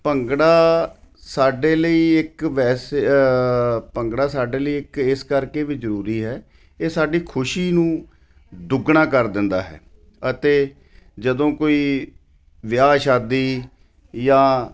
ਭੰਗੜਾ ਸਾਡੇ ਲਈ ਇੱਕ ਵੈਸੇ ਭੰਗੜਾ ਸਾਡੇ ਲਈ ਇੱਕ ਇਸ ਕਰਕੇ ਵੀ ਜ਼ਰੂਰੀ ਹੈ ਇਹ ਸਾਡੀ ਖੁਸ਼ੀ ਨੂੰ ਦੁੱਗਣਾ ਕਰ ਦਿੰਦਾ ਹੈ ਅਤੇ ਜਦੋਂ ਕੋਈ ਵਿਆਹ ਸ਼ਾਦੀ ਜਾਂ